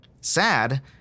Sad